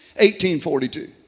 1842